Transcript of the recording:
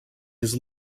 his